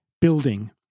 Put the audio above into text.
building